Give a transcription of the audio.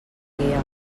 guia